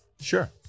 Sure